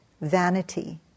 Vanity